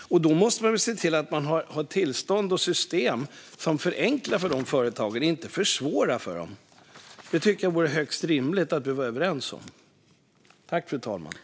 Då måste man se till att ha tillstånd och system som förenklar, inte försvårar, för de företagen. Att vi är överens om det vore högst rimligt.